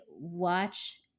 watch